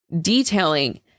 detailing